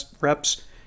reps